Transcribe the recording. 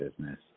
business